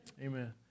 Amen